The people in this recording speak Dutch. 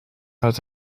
uit